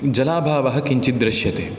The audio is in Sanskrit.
जलाभावः किञ्चित् दृश्यते